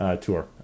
tour